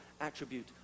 attribute